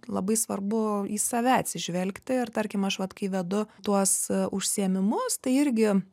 labai svarbu į save atsižvelgti ir tarkim aš vat kai vedu tuos užsiėmimus tai irgi